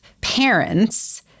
parents